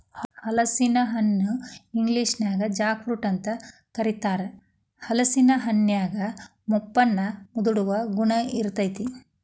ಹಲಸಿನ ಹಣ್ಣನ ಇಂಗ್ಲೇಷನ್ಯಾಗ ಜಾಕ್ ಫ್ರೂಟ್ ಅಂತ ಕರೇತಾರ, ಹಲೇಸಿನ ಹಣ್ಣಿನ್ಯಾಗ ಮುಪ್ಪನ್ನ ಮುಂದೂಡುವ ಗುಣ ಇರ್ತೇತಿ